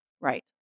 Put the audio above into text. Right